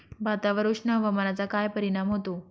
भातावर उष्ण हवामानाचा काय परिणाम होतो?